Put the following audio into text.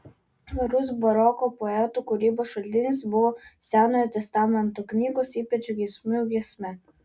svarbus baroko poetų kūrybos šaltinis buvo senojo testamento knygos ypač giesmių giesmė